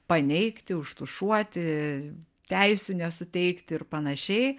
paneigti užtušuoti teisių nesuteikti ir panašiai